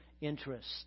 Interest